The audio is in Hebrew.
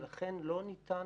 ולכן לא ניתן